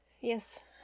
Yes